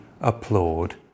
applaud